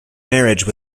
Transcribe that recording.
marriage